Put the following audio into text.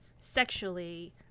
sexually